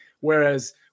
Whereas –